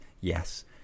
Yes